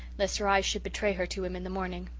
lest her eyes should betray her to him in the morning.